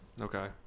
Okay